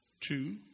two